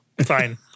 Fine